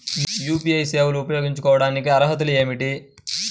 UPI సేవలు ఉపయోగించుకోటానికి అర్హతలు ఏమిటీ?